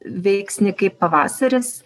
veiksnį kaip pavasaris